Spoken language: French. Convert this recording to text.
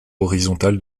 horizontal